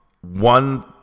one